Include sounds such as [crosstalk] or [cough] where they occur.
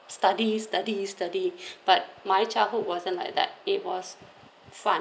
study study study [breath] but my childhood wasn't like that it was fun